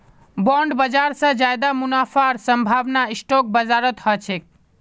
bond बाजार स ज्यादा मुनाफार संभावना स्टॉक बाजारत ह छेक